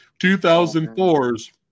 2004's